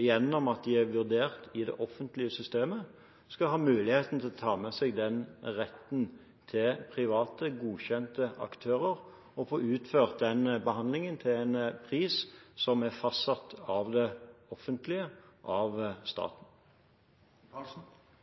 gjennom at de er vurdert i det offentlige systemet, skal ha muligheten til å ta med seg den retten til private, godkjente aktører og få utført behandlingen til en pris som er fastsatt av det offentlige, av staten.